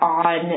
on